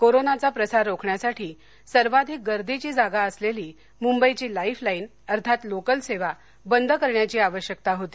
कोरोनाचा प्रसार रोखण्यासाठी सर्वाधिक गर्दीची जागा असलेली मुंबईची लाइफलाइन अर्थात लोकलसेवा बंद करण्याची आवश्यकता होती